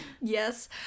Yes